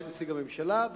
הממשלה.